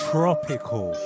Tropical